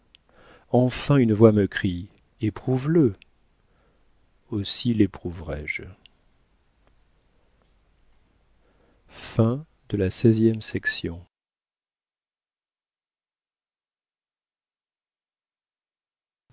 enfin une voix me crie éprouve le aussi léprouverai je